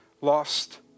lost